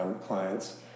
clients